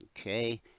Okay